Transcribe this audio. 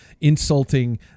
insulting